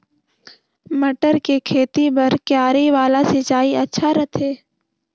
मटर के खेती बर क्यारी वाला सिंचाई अच्छा रथे?